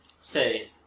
say